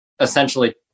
essentially